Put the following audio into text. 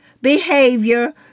behavior